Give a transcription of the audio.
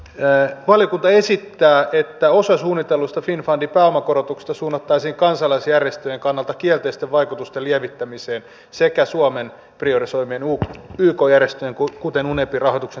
nimittäin valiokunta esittää että osa suunnitellusta finnfundin pääomakorotuksesta suunnattaisiin kansalaisjärjestöjen kannalta kielteisten vaikutusten lievittämiseen sekä suomen priorisoimien yk järjestöjen kuten unepin rahoituksen turvaamiseen